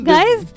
Guys